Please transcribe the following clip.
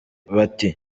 bati